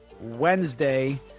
Wednesday